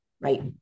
right